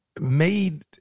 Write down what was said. made